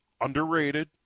underrated